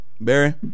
Barry